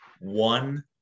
One